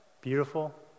beautiful